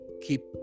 keep